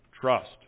trust